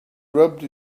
rubbed